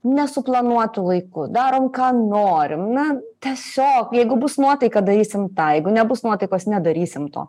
nesuplanuotu laiku darom ką norim na tiesiog jeigu bus nuotaika darysim tą jeigu nebus nuotaikos nedarysim to